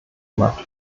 gemacht